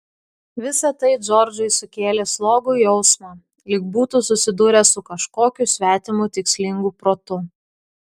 visa tai džordžui sukėlė slogų jausmą lyg būtų susidūręs su kažkokiu svetimu tikslingu protu